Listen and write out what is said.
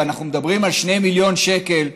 ואנחנו מדברים על 2 מיליוני שקלים,